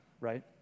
Right